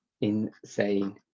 insane